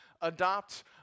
adopt